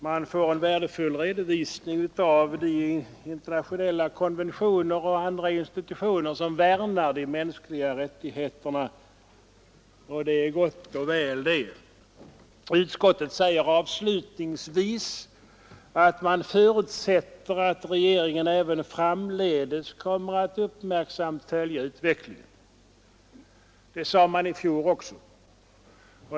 Man får en värdefull redovisning av de internationella konventioner och institutioner som värnar om de mänskliga rättigheterna, och det är gott och väl. Utskottet anför avslutningsvis: ”Utskottet förutsätter att regeringen även framdeles kommer att uppmärksamt följa utvecklingen ———”. Det sade utskottet i fjol också.